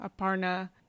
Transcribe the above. Aparna